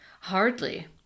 Hardly